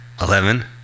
Eleven